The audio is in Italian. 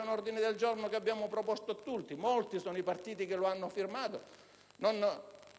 un ordine del giorno che abbiamo proposto tutti. Molti sono i partiti che lo hanno firmato.